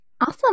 Awesome